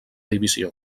divisió